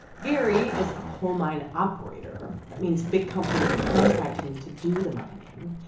gary is a coal mine operator. that means big companies contract him to do the mining.